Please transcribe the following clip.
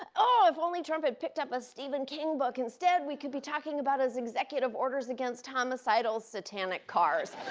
oh, if only trump had picked up a stephen king book instead, we could be talking about his executive orders against homicidal satanic cars.